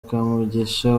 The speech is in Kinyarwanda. kamugisha